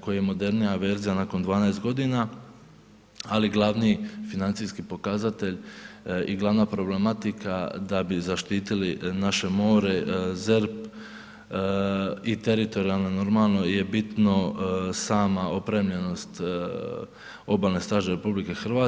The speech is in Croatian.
koji je modernija verzija nakon 12 godina, ali glavni financijski pokazatelj i glavna problematika da bi zaštitili naše more, ZERP i teritorijalno je bitno sama opremljenost Obalne straže RH.